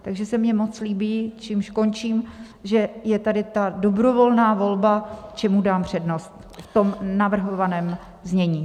Takže se mně moc líbí, čímž končím, že je tady ta dobrovolná volba, čemu dám přednost, v tom navrhovaném znění.